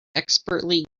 expertly